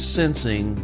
sensing